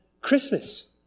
Christmas